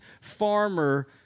farmer